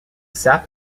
sap